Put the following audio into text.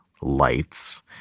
lights